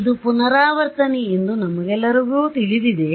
ಇದು ಪುನರಾವರ್ತನೆ ಎಂದು ನಮಗೆಲ್ಲರಿಗೂ ತಿಳಿದಿದೆ